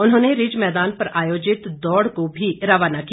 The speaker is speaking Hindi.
उन्होंने रिज मैदान पर आयोजित दौड़ को भी रवाना किया